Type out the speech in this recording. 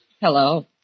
Hello